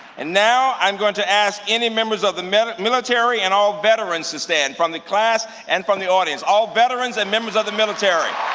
and now i'm going to ask any members of the military and all veterans to stand from the class and from the audience, all veterans and members of the military.